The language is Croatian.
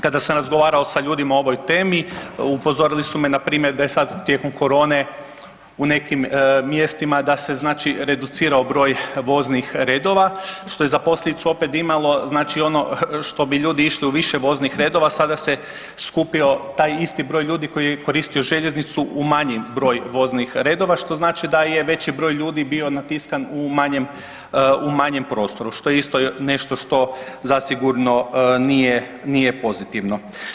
Kada sam razgovarao sa ljudima o ovoj temi upozorili su me npr. da je sad tijekom korone u nekim mjestima da se znači reducirao broj voznih redova što je za posljedicu opet imalo znači što bi ljudi išli u više voznih redova sada se skupio taj isti broj ljudi koji je koristio željeznicu u manji broj voznih redova što znači da je veći broj ljudi bio natiskan u manjem, u manjem prostoru što je isto nešto što zasigurno nije pozitivno.